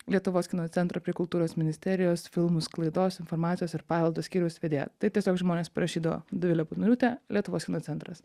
lietuvos kino centro prie kultūros ministerijos filmų sklaidos informacijos ir paveldo skyriaus vedėja tai tiesiog žmonės parašydavo dovilė butnoriūtė lietuvos kino centras